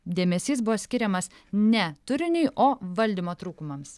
dėmesys buvo skiriamas ne turiniui o valdymo trūkumams